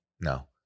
no